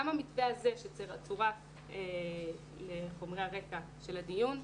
גם המתווה הזה שצורף לחומרי הרקע של הדיון,